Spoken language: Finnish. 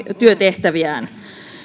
työtehtäviään